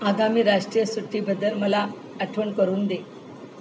आगामी राष्ट्रीय सुट्टीबद्दल मला आठवण करून दे